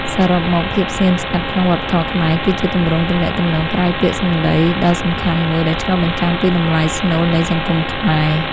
សរុបមក ភាពស្ងៀមស្ងាត់ក្នុងវប្បធម៌ខ្មែរគឺជាទម្រង់ទំនាក់ទំនងក្រៅពាក្យសំដីដ៏សំខាន់មួយ ដែលឆ្លុះបញ្ចាំងពីតម្លៃស្នូលនៃសង្គមខ្មែរ។